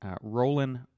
Roland